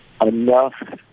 enough